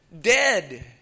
dead